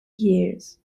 years